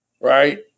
right